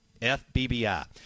FBBI